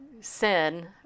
sin